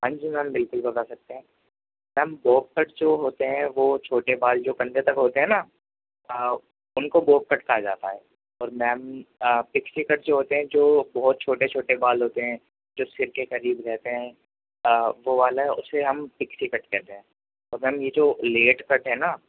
ہان جی میم بالکل بتا سکتے ہیں میم بوب کٹ جو ہوتے ہیں وہ چھوٹے بال جو کندھے تک ہوتے ہیں نا ہاں ان کو بوب کٹ کہا جاتا ہے اور میم پکسی کٹ جو ہوتے ہیں جو بہت چھوٹے چھوٹے بال ہوتے ہیں جو سر کے قریب رہتے ہیں وہ والا اسے ہم پکسی کٹ کہتے ہیں اور میم یہ جو لیٹ کٹ ہیں نا